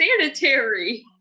sanitary